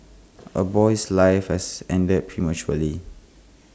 A boy's life has ended prematurely